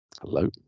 Hello